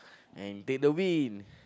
and take the wind